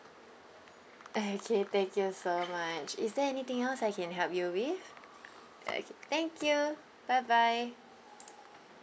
okay thank you so much is there anything else I can help you with okay thank you bye bye